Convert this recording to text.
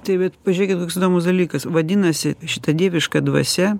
tai bet pažiūrėkit koks įdomus dalykas vadinasi šita dieviška dvasia